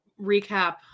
recap